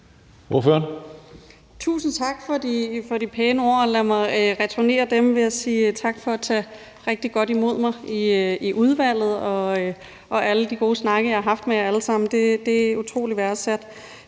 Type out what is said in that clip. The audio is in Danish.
Tusind tak for de pæne ord. Lad mig returnere ved at sige tak for at have taget rigtig godt imod mig i udvalget, og tak for alle de gode snakke, jeg har haft med jer alle sammen. Det er utrolig værdsat.